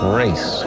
race